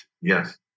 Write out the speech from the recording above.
Yes